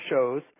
shows